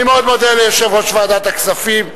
אני מאוד מודה ליושב-ראש ועדת הכספים,